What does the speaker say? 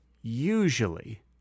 usually